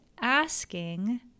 asking